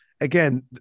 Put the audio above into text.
again